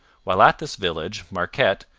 while at this village, marquette,